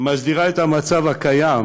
מסדירה את המצב הקיים